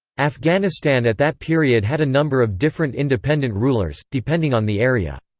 afghanistan at that period had a number of different independent rulers, depending on the area.